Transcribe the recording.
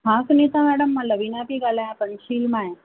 हा सुनीता मैडम मां लवीना पेई ॻाल्हायां पंचशील मां